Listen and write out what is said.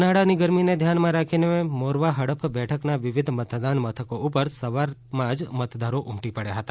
ઉનાળાની ગરમીને ધ્યાને રાખીને મોરવા હડફ બેઠકના વિવિધ મતદાન મથકો ઉપર સવારમાં જ મતદારો ઉમટી પડ્યા હતા